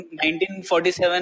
1947